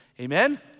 Amen